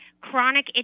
chronic